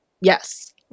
Yes